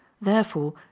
Therefore